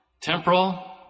temporal